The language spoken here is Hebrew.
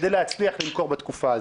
כדי להצליח למכור בתקופה הזאת.